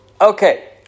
Okay